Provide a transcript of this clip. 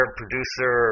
producer